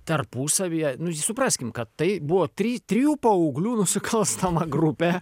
tarpusavyje nu supraskim kad tai buvo try trijų paauglių nusikalstama grupė